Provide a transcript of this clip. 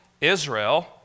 Israel